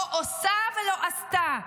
לא עושה ולא עשתה.